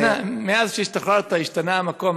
מאז שהשתחררת השתנה המקום.